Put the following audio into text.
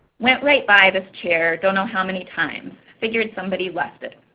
went right by this chair, don't know how many times, figured somebody left it.